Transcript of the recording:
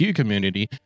community